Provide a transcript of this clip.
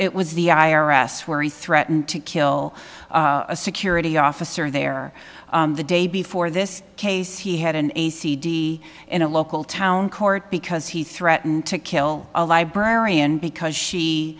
it was the i r s where he threatened to kill a security officer there the day before this case he had an a c d in a local to court because he threatened to kill a librarian because she